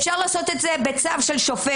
אפשר לעשות את זה בצו של שופט.